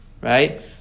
right